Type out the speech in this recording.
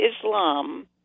Islam